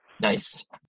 Nice